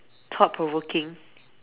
thought provoking